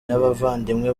n’abavandimwe